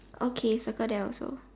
okay circle that also